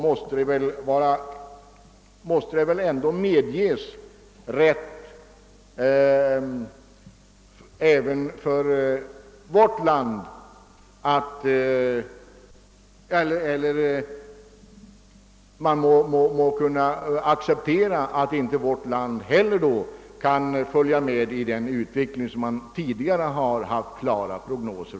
Man måste under sådana förhållanden acceptera att inte heller Sverige kan fullfölja den utveckling, som tidigare prognoser klart angivit.